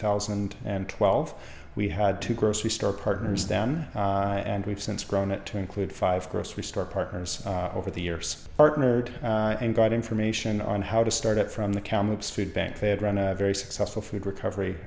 thousand and twelve we have two grocery store partners then and we've since grown it to include five grocery store partners over the years partnered and got information on how to start it from the kamloops food bank they had run a very successful food recovery